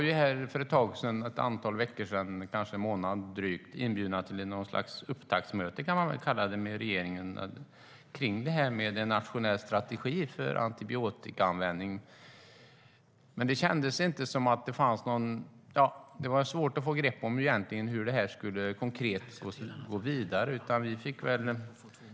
För ett antal veckor sedan - kanske en månad, drygt - var vi inbjudna till något slags upptaktsmöte med regeringen om en nationell strategi för antibiotikaanvändning. Man kan kalla det för ett upptaktsmöte, men det var svårt att få grepp om hur man konkret skulle gå vidare.